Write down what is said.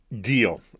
Deal